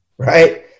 right